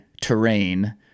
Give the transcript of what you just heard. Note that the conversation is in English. terrain